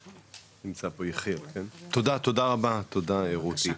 תודה, תודה רבה רותי.